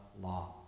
law